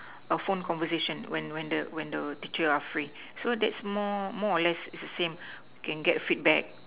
phone conversation when when the when the teacher are free so that's more more or less it's the same we can get feedback